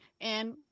And-